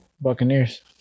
Buccaneers